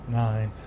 nine